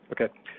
Okay